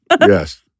Yes